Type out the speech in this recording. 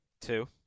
Two